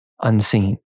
unseen